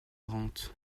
rente